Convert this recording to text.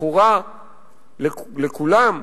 הזכורה לכולם,